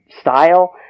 style